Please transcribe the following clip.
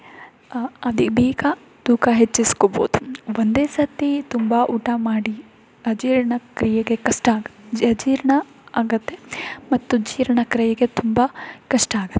ಅದೇ ಬೇಗ ತೂಕ ಹೆಚ್ಚಿಸ್ಕೋಬೋದು ಒಂದೇ ಸರ್ತಿ ತುಂಬ ಊಟ ಮಾಡಿ ಅಜೀರ್ಣ ಕ್ರಿಯೆಗೆ ಕಷ್ಟ ಆಗಿ ಅಜೀರ್ಣ ಆಗುತ್ತೆ ಮತ್ತು ಜೀರ್ಣಕ್ರಿಯೆಗೆ ತುಂಬ ಕಷ್ಟ ಆಗುತ್ತೆ